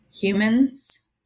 humans